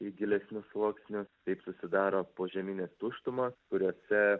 į gilesnius sluoksnius taip susidaro požeminės tuštumos kuriose